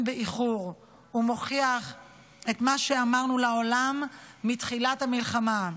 באיחור ומוכיח את מה שאמרנו לעולם מתחילת המלחמה.